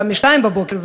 גם מ-2:00 בבוקר,